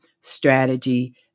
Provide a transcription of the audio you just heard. strategy